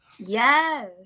yes